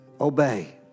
Obey